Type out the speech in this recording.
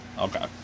Okay